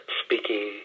speaking